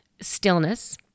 stillness